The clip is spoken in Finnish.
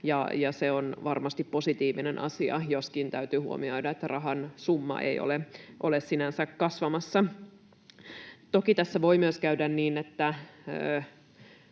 se on varmasti positiivinen asia — joskin täytyy huomioida, että rahasumma ei ole sinänsä kasvamassa. Toki tässä voi myös käydä niin, että